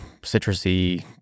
citrusy